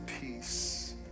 peace